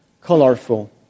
colorful